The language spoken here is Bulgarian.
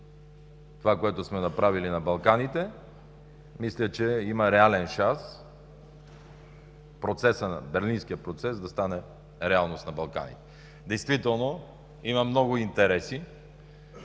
това, което сме направили на Балканите, мисля, че има реален шанс Берлинският процес да стане реалност на Балканите. Действително има много интереси.